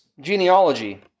genealogy